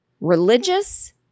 religious